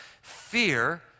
Fear